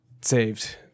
saved